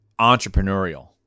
entrepreneurial